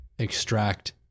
extract